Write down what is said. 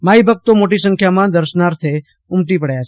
માઈ ભક્તો મોટી સંખ્યામાં દર્શનાર્થીઓ ઉમટી રહ્યા છે